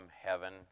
heaven